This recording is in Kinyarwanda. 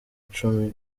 cumi